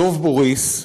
דב בוריס,